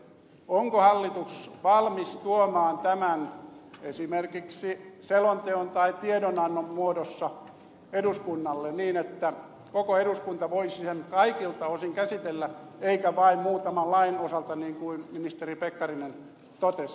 onko hallitus valmis tuomaan tämän esimerkiksi selonteon tai tiedonannon muodossa eduskunnalle niin että koko eduskunta voisi sen kaikilta osin käsitellä eikä vain muutaman lain osalta niin kuin ministeri pekkarinen totesi